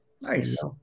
Nice